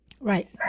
Right